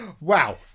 Wow